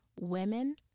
Women